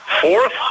fourth